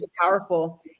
Powerful